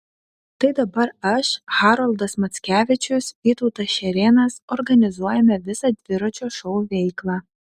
tai dabar aš haroldas mackevičius vytautas šerėnas organizuojame visą dviračio šou veiklą